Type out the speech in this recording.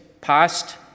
past